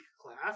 class